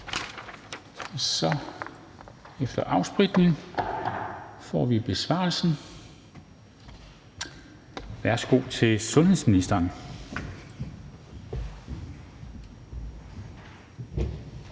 og efter afspritning får vi besvarelsen. Værsgo til sundhedsministeren.